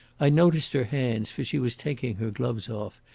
i noticed her hands, for she was taking her gloves off,